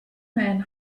men